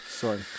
Sorry